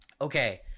okay